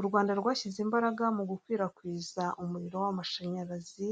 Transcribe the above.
U Rwanda rwashyize imbaraga mu gukwirakwiza umuriro wa mashanyarazi